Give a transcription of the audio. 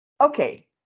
Okay